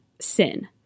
sin